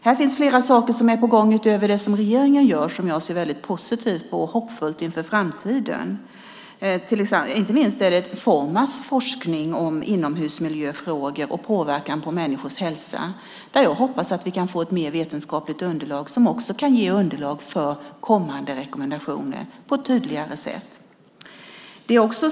Här finns fler saker som är på gång utöver det som regeringen gör och som jag ser mycket positivt på och som är hoppfullt inför framtiden. Inte minst är det Formas forskning om inomhusmiljö och påverkan på människors hälsa. Jag hoppas att vi därigenom kan få ett mer vetenskapligt underlag som också kan ge underlag för kommande rekommendationer på ett tydligare sätt.